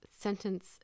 sentence